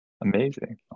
Amazing